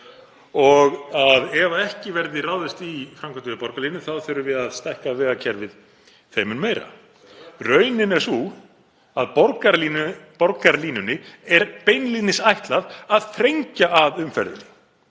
og ef ekki verði ráðist í framkvæmdir við borgarlínu þurfi að stækka vegakerfið þeim mun meira. Raunin er sú að borgarlínunni er beinlínis ætlað að þrengja að umferðinni.